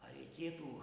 ar reikėtų